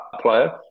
player